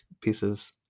pieces